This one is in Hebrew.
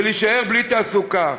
ולהישאר בלי תעסוקה.